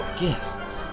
guests